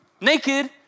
naked